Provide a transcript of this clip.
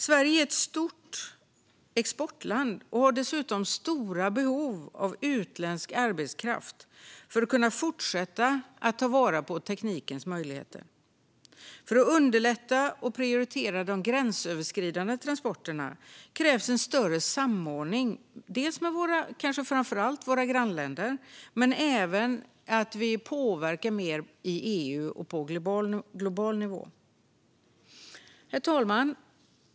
Sverige är ett stort exportland och har dessutom stora behov av utländsk arbetskraft för att kunna fortsätta att ta vara på teknikens möjligheter. För att underlätta och prioritera de gränsöverskridande transporterna krävs en större samordning framför allt med våra grannländer men även att vi påverkar mer inom EU och på global nivå. Herr talman!